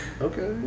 Okay